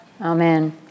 Amen